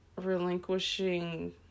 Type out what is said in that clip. relinquishing